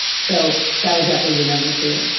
so that would definitely be number two.